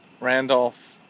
Randolph